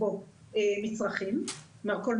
אני